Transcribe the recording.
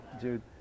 dude